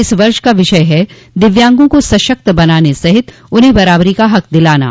इस वर्ष का विषय है दिव्यांगों को सशक्त बनाने सहित उन्हें बराबरी का हक दिलाना